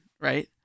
Right